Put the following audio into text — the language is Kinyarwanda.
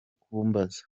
kumbaza